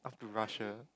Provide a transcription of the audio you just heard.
Russia